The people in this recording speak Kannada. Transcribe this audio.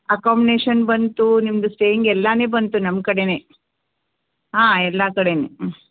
ಅಕೋಮ್ನೇಷನ್ ಬಂದು ನಿಮ್ದು ಸ್ಟೆಯಿಂಗ್ ಎಲ್ಲನೇ ಬಂತು ನಮ್ಮ ಕಡೆಯೇ ಹಾಂ ಎಲ್ಲ ಕಡೆಯೇ